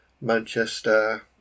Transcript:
Manchester